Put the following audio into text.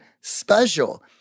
special